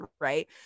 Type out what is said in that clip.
right